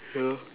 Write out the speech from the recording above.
yeah lor